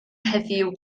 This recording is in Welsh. heddiw